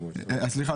סליחה,